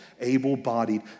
able-bodied